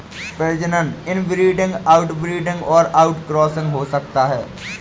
प्रजनन inbreeding, outbreeding और outcrossing हो सकता है